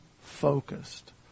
focused